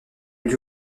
lui